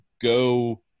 go